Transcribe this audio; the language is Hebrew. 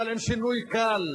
אבל עם שינוי קל,